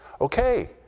Okay